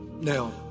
Now